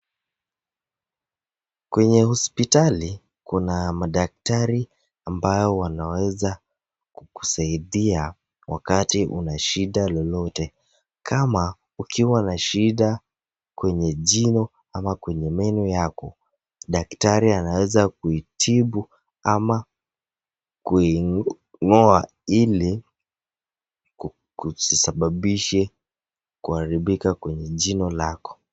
Kwenye hospitali Kuna kadaktari ambao wanaweza kusaidia wakati una shida lolote kama, ukiwa na shida kwenye jino ama kwenye meno yako daktari anaweza kuitibu ama kuing'oa ili kusisababishe kuharibika kwenye jina lako.